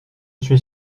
suis